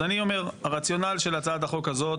אז אני אומר, הרציונל של הצעת החוק הזאת,